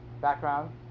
background